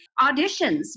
auditions